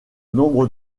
nombre